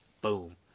Boom